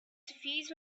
suffused